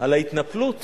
על ההתנפלות